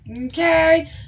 Okay